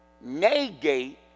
negate